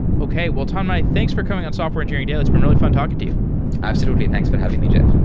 okay. well, tanmai, thanks for coming on software engineering daily. it's been really fun talking to you absolutely. thanks for having me, jeff.